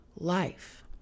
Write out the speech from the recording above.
Life